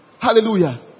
Hallelujah